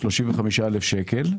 35 אלף שקלים.